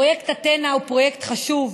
פרויקט אתנה הוא פרויקט חשוב,